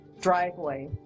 driveway